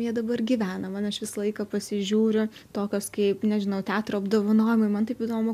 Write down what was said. jie dabar gyvena man aš visą laiką pasižiūriu tokios kaip nežinau teatro apdovanojimai man taip įdomu